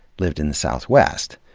lived in the southwest.